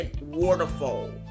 waterfall